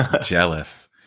Jealous